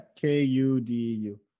K-U-D-U